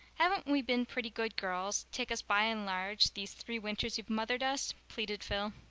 haven't we been pretty good girls, take us by and large, these three winters you've mothered us? pleaded phil.